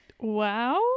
Wow